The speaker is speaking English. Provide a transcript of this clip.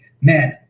man